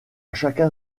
chacun